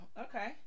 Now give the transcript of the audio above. okay